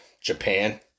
Japan